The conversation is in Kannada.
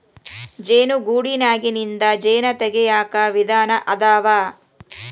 ಜೇನು ಗೂಡನ್ಯಾಗಿಂದ ಜೇನ ತಗಿಯಾಕ ವಿಧಾನಾ ಅದಾವ